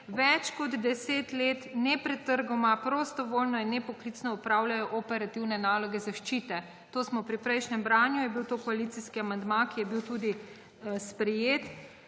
več kot 10 let nepretrgoma prostovoljno in nepoklicno opravljajo operativne naloge zaščite. Pri prejšnjem branju je bil to koalicijski amandma, ki je bil tudi sprejet.